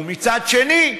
ומצד שני,